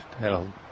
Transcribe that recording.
that'll